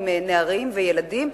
עם נערים וילדים,